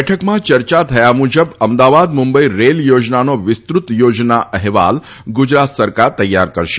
બેઠકમાં ચર્ચા થયા મુજબ અમદાવાદ મુંબઈ રેલ યોજનાનો વિસ્તૃત યોજના અહેવાલ ગુજરાત સરકાર તૈયાર કરશે